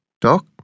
Doc